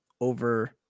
over